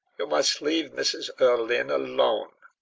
you must leave mrs. erlynne alone.